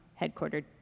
headquartered